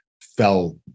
fell